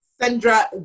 Sandra